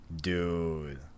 dude